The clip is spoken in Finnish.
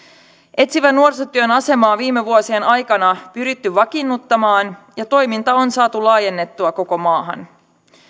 etsivän nuorisotyön asemaa on viime vuosien aikana pyritty vakiinnuttamaan ja toiminta on saatu laajennettua koko maahan